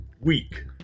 week